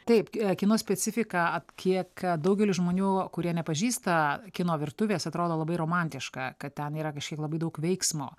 taip kino specifika kiek daugelis žmonių kurie nepažįsta kino virtuvės atrodo labai romantiška kad ten yra kažkiek labai daug veiksmo